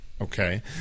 okay